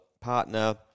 partner